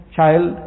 child